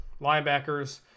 linebackers